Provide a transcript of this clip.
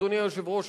אדוני היושב-ראש,